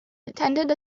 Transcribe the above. attended